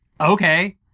Okay